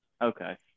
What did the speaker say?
Okay